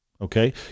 Okay